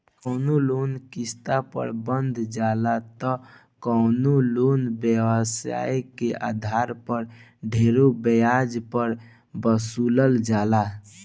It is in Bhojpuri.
कवनो लोन किस्त पर बंधा जाला त कवनो लोन व्यवसाय के आधार पर ढेरे ब्याज पर वसूलल जाला